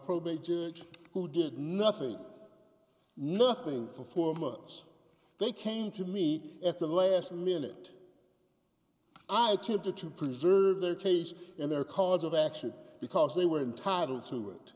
probate judge who did nothing nothing for four months they came to me at the last minute i attempted to preserve their case and their cause of action because they were entitled to it